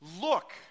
Look